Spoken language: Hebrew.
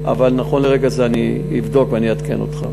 אבל נכון לרגע זה אני אבדוק ואני אעדכן אותך.